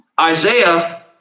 Isaiah